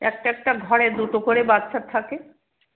একটা একটা ঘরে দুটো করে বাচ্ছা থাকে